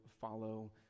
follow